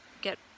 get